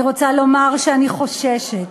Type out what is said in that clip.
אני רוצה לומר שאני חוששת